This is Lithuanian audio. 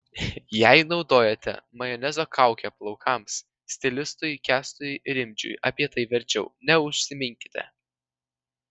jei naudojate majonezo kaukę plaukams stilistui kęstui rimdžiui apie tai verčiau neužsiminkite